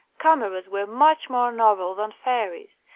cameras were much more novel than fairies,